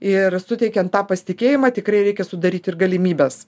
ir suteikiant tą pasitikėjimą tikrai reikia sudaryt ir galimybes